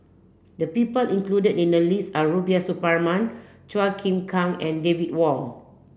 the people included in the list are Rubiah Suparman Chua Chim Kang and David Wong